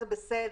זה בסדר.